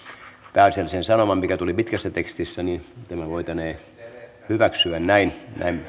pääasiallisen sanoman mikä tuli pitkässä tekstissä niin tämä voitaneen hyväksyä näin